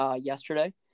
yesterday